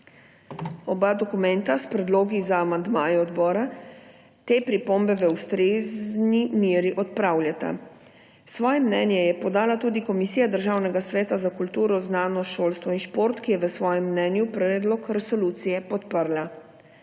Oba dokumenta s predlogi za amandmaje odbora te pripombe v ustrezni meri odpravljata. Svoje mnenje je podala tudi Komisija Državnega sveta za kulturo, znanost, šolstvo in šport, ki je v svojem mnenju predlog resolucije podprla.